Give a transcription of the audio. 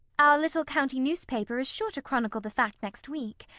our little county newspaper is sure to chronicle the fact next week.